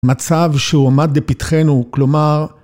מצב שהועמד בפתחנו, כלומר,